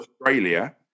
Australia